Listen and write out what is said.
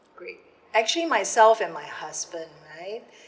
great actually myself and my husband right